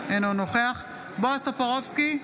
אינו נוכח בועז טופורובסקי,